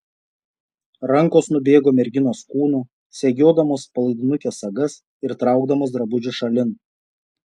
rankos nubėgo merginos kūnu segiodamos palaidinukės sagas ir traukdamos drabužį šalin